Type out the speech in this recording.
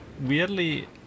weirdly